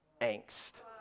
angst